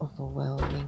overwhelming